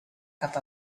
cap